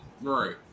Right